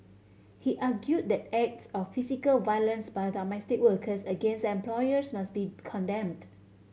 he argued that acts of physical violence by domestic workers against employers must be condemned